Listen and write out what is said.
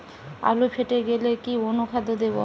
আলু ফেটে গেলে কি অনুখাদ্য দেবো?